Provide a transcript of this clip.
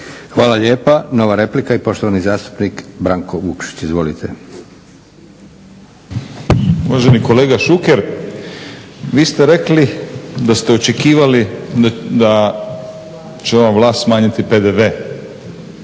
Hvala lijepa. Nova replika i poštovani zastupnik Branko Vukšić. Izvolite.